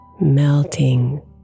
melting